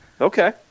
Okay